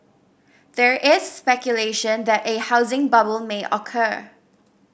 there is speculation that a housing bubble may occur